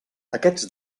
aquests